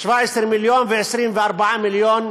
17 מיליון ו-24 מיליון